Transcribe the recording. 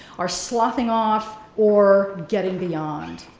or sloughing off, or getting beyond.